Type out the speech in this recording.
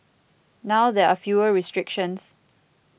now there are fewer restrictions